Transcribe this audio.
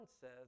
says